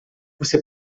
você